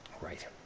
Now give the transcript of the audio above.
Right